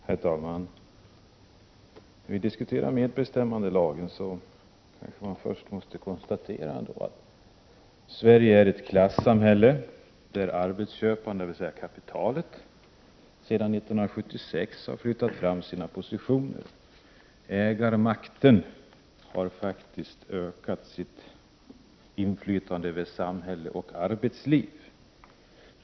Herr talman! När vi diskuterar medbestämmandelagen kanske man först måste konstatera att Sverige är ett klassamhälle där arbetsköparen, dvs. kapitalet, sedan 1976 har flyttat fram sina positioner. Ägarmakten har faktiskt ökat sitt inflytande över samhälle och arbetsliv.